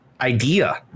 idea